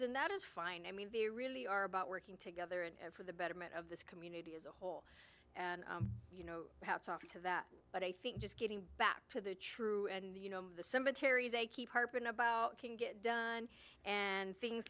and that is fine i mean we really are about working together and for the betterment of this community as a whole and you know how it's often to that but i think just getting back to the true and you know the cemeteries they keep harping about can get done and things